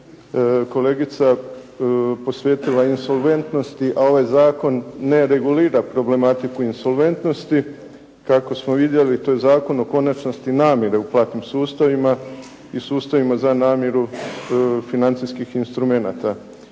kolegica posvetila insolventnosti, a ovaj zakon ne regulira problematiku insolventnosti. Kako smo vidjeli, to je Zakon o konačnosti namjere u platnim sustavima i sustavima za namiru financijskih instrumenata.